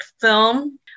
film